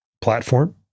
platform